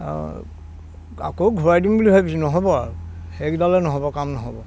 আকৌ ঘূৰাই দিম বুলি ভাবিছোঁ নহ'ব আৰু সেইকেইডালে নহ'ব কাম নহ'ব